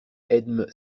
edme